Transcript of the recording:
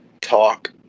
talk